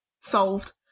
Solved